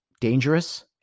dangerous